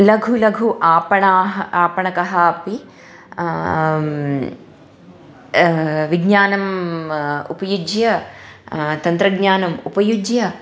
लघु लघु आपणानि आपणकः अपि विज्ञानम् उपयुज्य तन्त्रज्ञानम् उपयुज्य